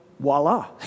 Voila